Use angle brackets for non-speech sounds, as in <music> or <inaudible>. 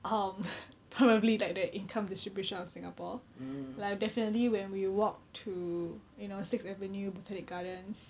um <noise> probably like the income distribution of singapore like definitely when we walked to you know sixth avenue botanic gardens